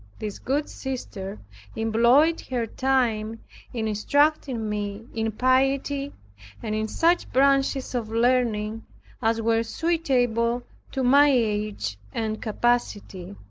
this good sister employed her time in instructing me in piety and in such branches of learning as were suitable to my age and capacity.